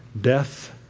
Death